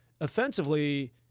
offensively